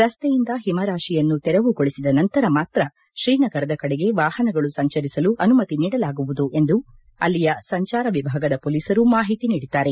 ರಸ್ತೆಯಿಂದ ಒಮರಾಶಿಯನ್ನು ತೆರವುಗೊಳಿಸಿದ ನಂತರ ಮಾತ್ರ ಶ್ರೀನಗರದ ಕಡೆಗೆ ವಾಪನಗಳು ಸಂಚರಿಸಲು ಅನುಮತಿ ನೀಡಲಾಗುವುದು ಎಂದು ಅಲ್ಲಿಯ ಸಂಚಾರ ವಿಭಾಗದ ಮೊಲೀಸರು ಮಾಹಿತಿ ನೀಡಿದ್ದಾರೆ